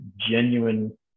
genuine